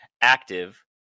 ACTIVE